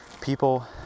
people